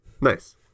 Nice